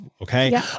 Okay